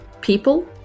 people